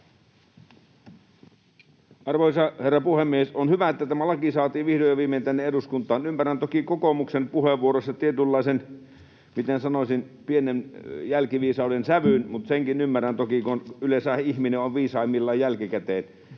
Arvoisa herra puhemies! On hyvä, että tämä laki saatiin vihdoin ja viimein tänne eduskuntaan. Ymmärrän toki kokoomuksen puheenvuoroissa tietynlaisen, miten sanoisin, pienen jälkiviisauden sävyn, senkin ymmärrän toki, kun yleensähän ihminen on viisaimmillaan jälkikäteen.